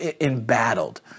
embattled